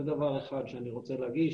זה דבר אחד שאני רוצה להדגיש,